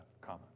comma